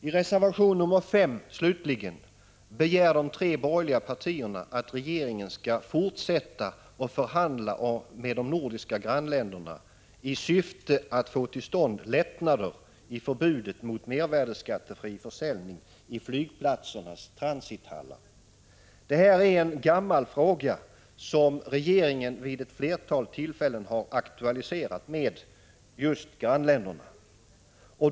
I reservation nr 5 slutligen begär de tre borgerliga partierna att regeringen skall fortsätta att förhandla med de nordiska grannländerna i syfte att få till stånd lättnader i förbudet mot mervärdeskattefri försäljning i flygplatsernas transithallar. Det här är en gammal fråga som regeringen vid ett flertal tillfällen har aktualiserat med just grannländerna.